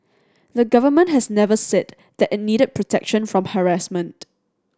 the government has never said that it needed protection from harassment